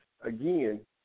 again